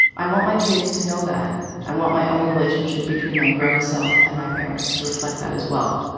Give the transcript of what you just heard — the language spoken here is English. i want my kids to know that i want my own relationship between my grown self and my parents to reflect that as well.